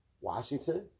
Washington